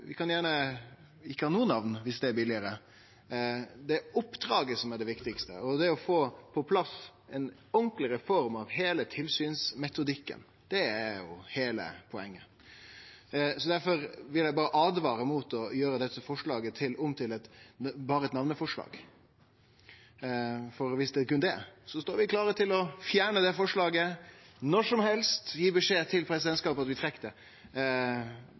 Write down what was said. viss det er billegare. Det er oppdraget som er det viktigaste, og det er å få på plass ei ordentleg reform av heile tilsynsmetodikken. Det er heile poenget. Difor vil eg åtvare mot å gjere dette forslaget om til berre eit namneforslag. Viss det er berre det, står vi klare til å fjerne forslaget når som helst og gi beskjed til presidentskapet om at vi